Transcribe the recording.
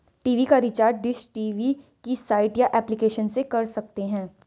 TV का recharge dish TV की site या एप्लीकेशन से कर सकते है